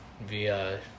via